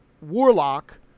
Warlock